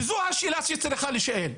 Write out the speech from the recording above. וזו השאלה שצריכה להישאל.